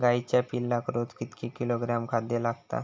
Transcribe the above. गाईच्या पिल्लाक रोज कितके किलोग्रॅम खाद्य लागता?